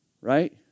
right